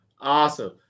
Awesome